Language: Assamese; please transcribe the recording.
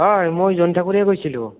হয় মই জয়ন ঠাকুৰীয়াই কৈছিলোঁ